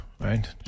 right